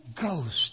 Ghost